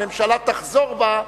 הממשלה תחזור בה,